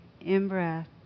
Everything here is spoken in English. in-breath